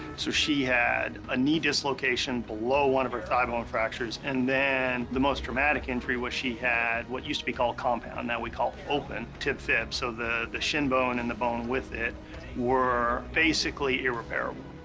so she had a knee dislocation below one of her thigh bone fractures and then, the most traumatic injury was she had what used to be called compound, now we call open tib-fib, so the the shin bone and the bone with it were basically irreparable.